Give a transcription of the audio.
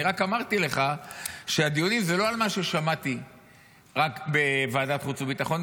אני רק אמרתי לך שהדיונים זה לא על מה ששמעתי רק בוועדת חוץ וביטחון,